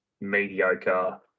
mediocre